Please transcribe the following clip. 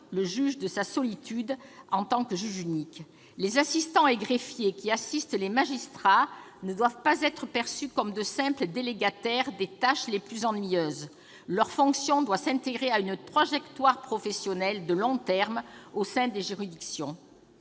le juge de sa solitude de juge unique. Les assistants et greffiers qui assistent les magistrats ne doivent pas être perçus comme de simples délégataires des tâches les plus ennuyeuses. Leurs fonctions doivent s'inscrire dans une trajectoire professionnelle de long terme au sein des juridictions.